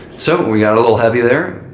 so we got a little heavy there,